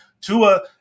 Tua